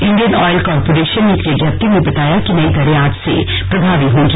Indian Oil Corporation ने एक विज्ञप्ति में बताया कि नई दरें आज से प्रभावी होंगी